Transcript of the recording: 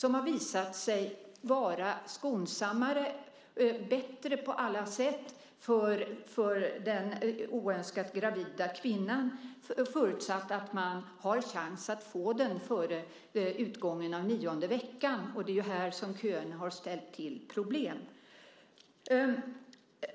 De har visat sig vara skonsammare och bättre på alla sätt för den oönskat gravida kvinnan förutsatt att man har chans att få den före utgången av nionde veckan, och det är här som köerna har ställt till problem.